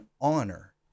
honor